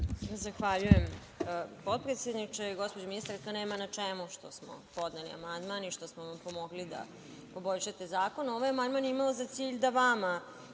Zahvaljujem, potpredsedniče. Gospođo ministarka, nema na čemu što smo podneli amandman i što smo vam pomogli da poboljšate zakon. Ovaj amandman je imao za cilj da vama